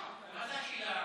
13),